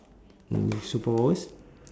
my superpowers